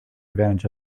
advantage